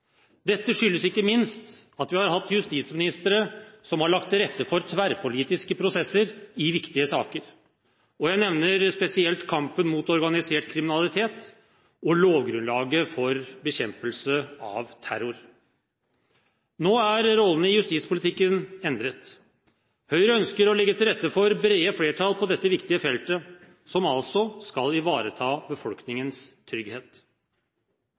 Dette skyldes ikke minst at vi har hatt justisministere som har lagt til rette for tverrpolitiske prosesser i viktige saker. Jeg nevner spesielt kampen mot organisert kriminalitet og lovgrunnlaget for bekjempelse av terror. Nå er rollene i justispolitikken endret. Høyre ønsker å legge til rette for brede flertall på dette viktige feltet, som skal ivareta befolkningens trygghet.